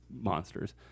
monsters